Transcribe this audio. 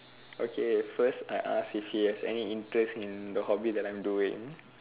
okay first I ask if he has any interest in the hobby that I am doing